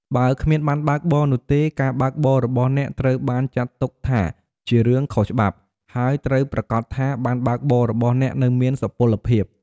បើគ្មានប័ណ្ណបើកបរនោះទេ ការបើកបររបស់អ្នកត្រូវបានចាត់ទុកថាជារឿងខុសច្បាប់ ហើយត្រូវប្រាកដថា ប័ណ្ណបើកបររបស់អ្នកនៅមានសុពលភាព។។